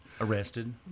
Arrested